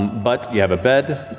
but you have a bed,